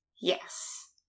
yes